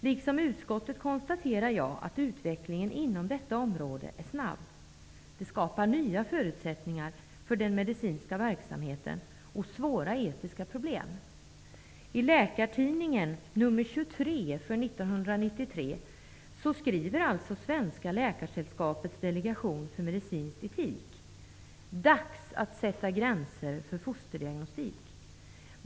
Liksom utskottet konstaterar jag att utvecklingen inom detta område är snabb. Det skapar nya förutsättningar för den medicinska verksamheten och svåra etiska problem. I Läkartidningen nr 23 för 1993 skriver Svenska läkaresällskapets delegation för medicinsk etik: Dags att sätta gränser för fosterdiagnostik.